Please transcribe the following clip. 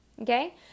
Okay